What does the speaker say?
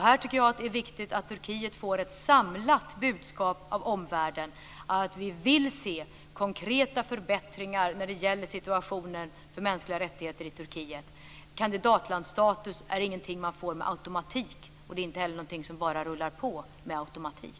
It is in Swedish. Här tycker jag att det är viktigt att Turkiet får ett samlat budskap av omvärlden. Vi vill se konkreta förbättringar när det gäller situationen för mänskliga rättigheter i Turkiet. Kandidatlandsstatus är ingenting man får med automatik. Det är heller ingenting som bara rullar på med automatik.